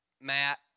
Matt